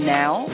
now